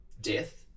Death